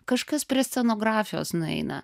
kažkas prie scenografijos nueina